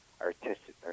artistic